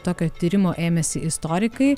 tokio tyrimo ėmėsi istorikai